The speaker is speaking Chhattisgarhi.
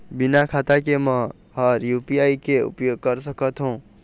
बिना खाता के म हर यू.पी.आई के उपयोग कर सकत हो?